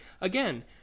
again